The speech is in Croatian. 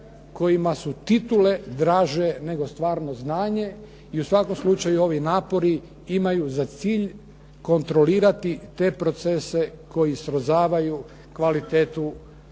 kojima su titule draže nego stvarno znanje i u svakom slučaju ovi napori imaju za cilj kontrolirati te procese koji srozavaju kvalitetu